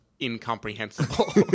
incomprehensible